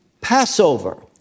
Passover